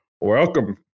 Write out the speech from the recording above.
welcome